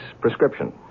Prescription